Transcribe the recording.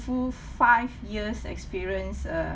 five years experience err